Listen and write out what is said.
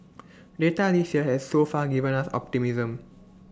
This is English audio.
data this year has so far given us optimism